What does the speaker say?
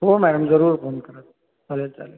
हो मॅडम जरूर फोन करा चालेल चालेल